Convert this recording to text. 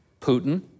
Putin